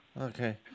Okay